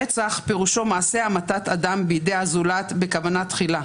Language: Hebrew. רצח פירושו מעשה המתת אדם בידי הזולת בכוונה תחילה.